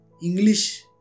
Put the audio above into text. English